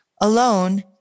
Alone